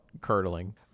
curdling